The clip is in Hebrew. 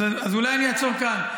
אז אולי אני אעצור כאן.